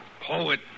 poet